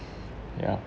ya